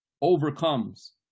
overcomes